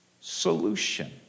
solution